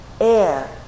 air